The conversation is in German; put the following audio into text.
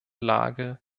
lage